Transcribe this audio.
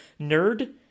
nerd